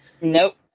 Nope